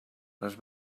les